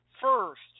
first